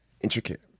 Intricate